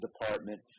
department